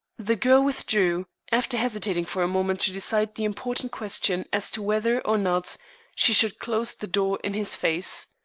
the girl withdrew, after hesitating for a moment to decide the important question as to whether or not she should close the door in his face.